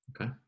Okay